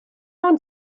ond